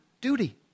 duty